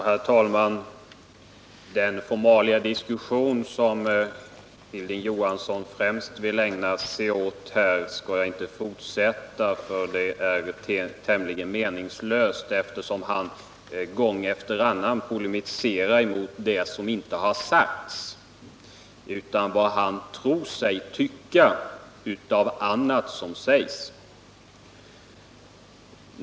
Herr talman! Jag skall inte fortsätta den formaliadiskussion som Hilding Johansson främst vill ägna sig åt. Det är tämligen meningslöst, eftersom han gång efter annan polemiserar, inte mot vad som här har sagts utan mot vad han tycker sig uppfatta mellan vad som sägs.